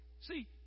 see